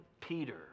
Peter